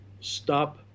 stop